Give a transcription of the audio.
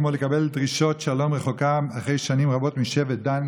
כמו לקבל דרישת שלום רחוקה אחרי שנים רבות משבט דן,